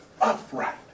Upright